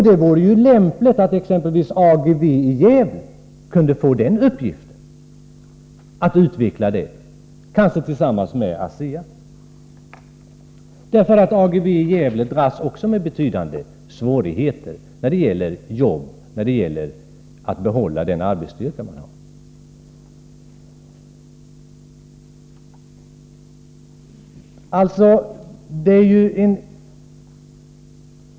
Det vore ju lämpligt att exempelvis AGV i Gävle fick uppgiften att göra det, kanske tillsammans med ASEA. AGV i Gävle dras också med betydande svårigheter att kunna behålla den arbetsstyrka man har.